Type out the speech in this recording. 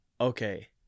Okay